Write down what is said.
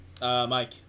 Mike